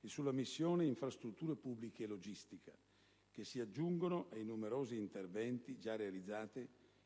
e sulla missione «Infrastrutture pubbliche e logistica», aggiungendosi ai numerosi interventi già realizzati